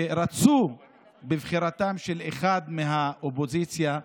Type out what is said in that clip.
שרצו בבחירה של אחד מהאופוזיציה,